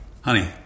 Honey